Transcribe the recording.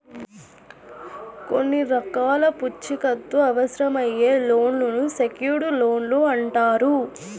కొన్ని రకాల పూచీకత్తు అవసరమయ్యే లోన్లను సెక్యూర్డ్ లోన్లు అంటారు